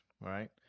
right